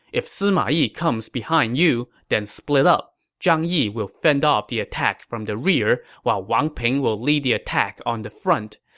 if sima yi comes behind you, then split up. zhang yi will fend off the attack from the rear, while wang ping will lead the attack on the front.